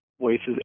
voices